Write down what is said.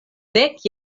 dek